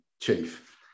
chief